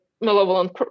malevolent